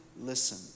listen